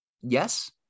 Yes